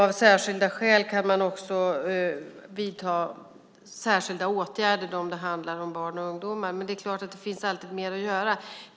Av särskilda skäl kan man också vidta särskilda åtgärder om det handlar om barn och ungdomar. Men det är klart att det alltid finns mer att göra.